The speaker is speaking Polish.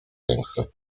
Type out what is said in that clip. większy